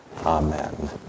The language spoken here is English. Amen